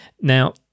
Now